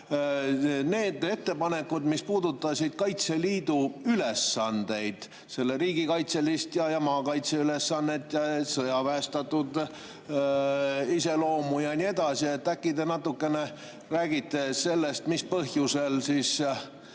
Need ettepanekud, mis puudutasid Kaitseliidu ülesandeid, selle riigikaitselist ja maakaitseülesannet, sõjaväestatud iseloomu ja nii edasi – äkki te natuke räägite sellest, mis põhjusel need